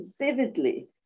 vividly